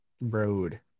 road